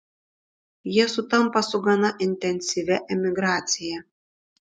jie sutampa su gana intensyvia emigracija